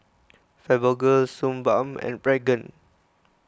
Fibogel Suu Balm and Pregain